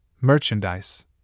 merchandise